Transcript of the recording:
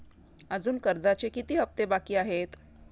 अजुन कर्जाचे किती हप्ते बाकी आहेत?